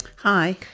Hi